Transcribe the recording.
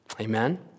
Amen